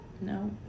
No